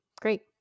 great